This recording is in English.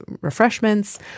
refreshments